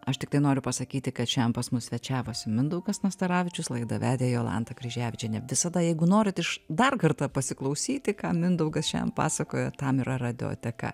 aš tiktai noriu pasakyti kad šian pas mus svečiavosi mindaugas nastaravičius laidą vedė jolanta kryževičienė visada jeigu norit iš dar kartą pasiklausyti ką mindaugas šian pasakojo tam yra radioteka